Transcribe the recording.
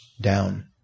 down